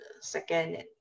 second